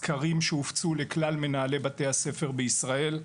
סקרים שהופצו לכלל מנהלי בתי הספר בישראל.